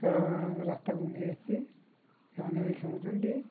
ଖେଳ ରାସ୍ତାକୁ ନେଇ ଆସିଛି ସେମାନେ ବି ଖେଳୁଛନ୍ତି